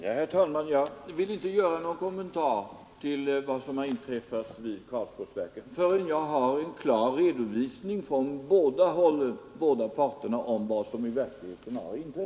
Herr talman! Jag vill inte göra någon kommentar till vad som har inträffat vid Karlsborgsverken förrän jag har en klar redovisning från båda parterna om vad som i verkligheten har skett.